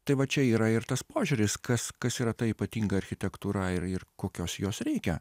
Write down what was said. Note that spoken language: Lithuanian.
tai va čia yra ir tas požiūris kas kas yra ta ypatinga architektūra ir ir kokios jos reikia